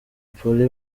polly